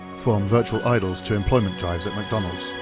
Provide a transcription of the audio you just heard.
from virtual idols to employment drives at mcdonald's.